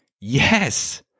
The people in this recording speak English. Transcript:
yes